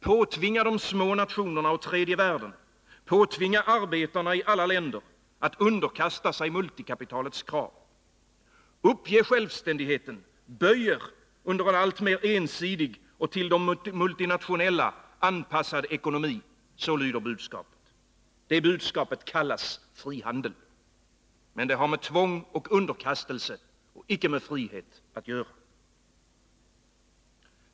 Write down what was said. Påtvinga de små nationerna och tredje världen, påtvinga arbetarna i alla länder att underkasta sig multikapitalets krav! Uppge självständigheten, böj er under en alltmer ensidig och till de multinationella anpassad ekonomi! Så lyder budskapet. Det budskapet kallas frihandel. Men det har med tvång och underkastelse, icke med frihet att göra.